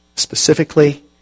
specifically